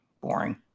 Boring